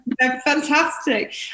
Fantastic